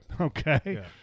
Okay